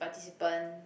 participant